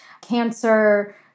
cancer